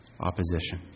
opposition